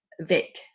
Vic